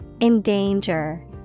Endanger